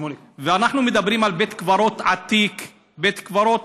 אנחנו מדברים על בית קברות עתיק, בית קברות